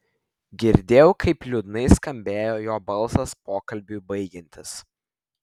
girdėjau kaip liūdnai skambėjo jo balsas pokalbiui baigiantis